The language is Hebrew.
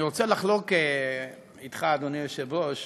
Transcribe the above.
אני רוצה לחלוק אתך, אדוני היושב-ראש,